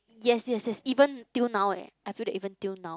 yes yes yes even till now leh I feel that even till now